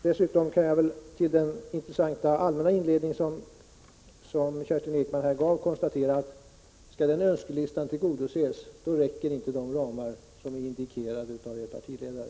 När det gäller den intressanta allmänna inledningen som Kerstin Ekman här gav kan jag dessutom konstatera att skall den önskelistan tillgodoses, då räcker inte de ramar som är indikerade av er partiledare.